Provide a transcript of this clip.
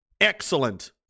Excellent